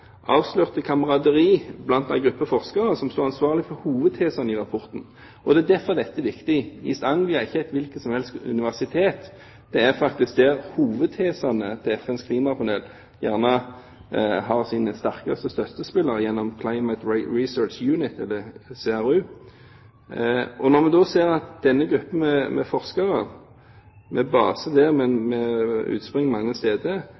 avslørte kameraderi blant en gruppe forskere som sto ansvarlig for hovedtesene i rapporten. Det er derfor dette er viktig. East Anglia er ikke et hvilket som helst universitet, det er faktisk der hovedtesene til FNs klimapanel har sine sterkeste støttespillere gjennom Climatic Research Unit, CRU. Når vi da ser at denne gruppen med forskere med base der, men med utspring mange steder,